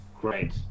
great